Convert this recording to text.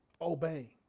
Obey